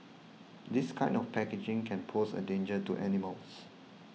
this kind of packaging can pose a danger to animals